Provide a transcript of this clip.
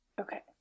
okay